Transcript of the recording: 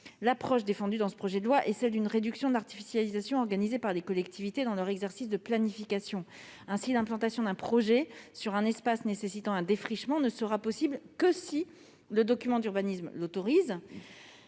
L'approche défendue dans ce projet de loi est celle d'une réduction de l'artificialisation organisée par les collectivités dans leur exercice de planification. Ainsi, l'implantation d'un projet sur un espace nécessitant un défrichement ne sera possible que si le document d'urbanisme l'autorise,